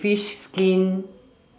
the fish skin